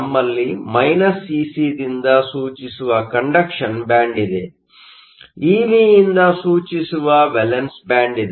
ನಮ್ಮಲ್ಲಿ Ec ದಿಂದ ಸೂಚಿಸುವ ಕಂಡಕ್ಷನ್ ಬ್ಯಾಂಡ್ ಇದೆ Ev ಇಂದ ಸೂಚಿಸುವ ವೇಲೆನ್ಸ್ ಬ್ಯಾಂಡ್ ಇದೆ